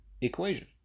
equation